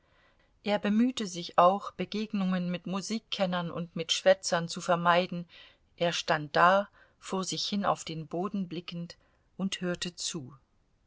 er bemühte sich auch begegnungen mit musikkennern und mit schwätzern zu vermeiden er stand da vor sich hin auf den boden blickend und hörte zu